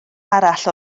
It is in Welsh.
arall